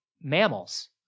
mammals